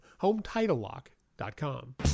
HomeTitleLock.com